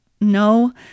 No